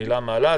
שתהלה מעלה.